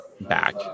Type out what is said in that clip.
back